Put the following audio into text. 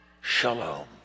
shalom